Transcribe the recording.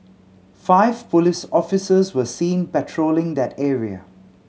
five police officers were seen patrolling that area